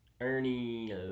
Ernie